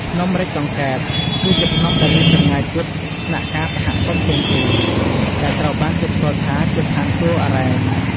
ភ្នំម្រេចកង្កែប គឺជាភ្នំដែលមានចម្ងាយជិតស្នាក់ការសហគមន៍ជាងគេ ដែលត្រូវបានគេស្គាល់ថាជា ឋានសួគ៌អារ៉ែង។